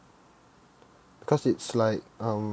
because it's like um